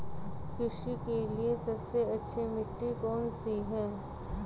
कृषि के लिए सबसे अच्छी मिट्टी कौन सी है?